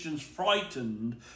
frightened